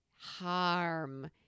harm